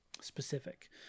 specific